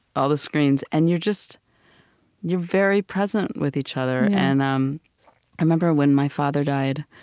all the screens, and you're just you're very present with each other. and um i remember when my father died,